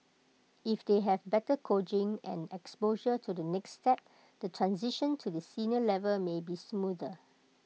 if they have better coaching and exposure to the next step the transition to the senior level may be smoother